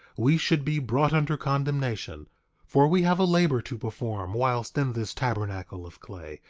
we should be brought under condemnation for we have a labor to perform whilst in this tabernacle of clay,